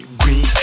green